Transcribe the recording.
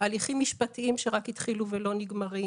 הן מנהלות של הליכים משפטיים שרק התחילו ואינם נגמרים,